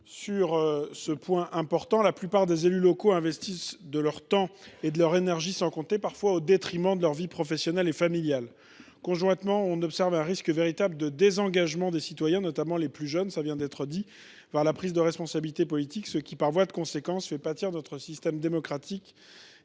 sur un point important. La plupart des élus locaux investissent leur temps et leur énergie sans compter les heures, parfois au détriment de leur vie professionnelle et familiale. Conjointement, on observe un véritable risque de désengagement des citoyens, notamment des plus jeunes, dans la prise de responsabilités politiques, ce qui, par voie de conséquence, fait pâtir notre système démocratique